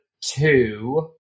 two